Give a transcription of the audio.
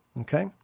Okay